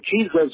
Jesus